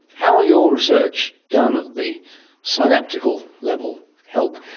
how will your research down at the synaptical level help?